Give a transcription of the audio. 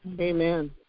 Amen